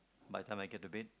by the time I get to bed